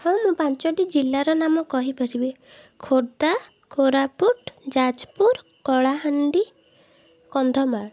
ହଁ ମୁଁ ପାଞ୍ଚଟି ଜିଲ୍ଲାର ନାମ କହିପାରିବି ଖୋର୍ଦ୍ଧା କୋରାପୁଟ ଯାଜପୁର କଳାହାଣ୍ଡି କନ୍ଧମାଳ